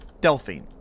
Delphine